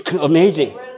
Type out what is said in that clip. Amazing